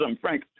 Frank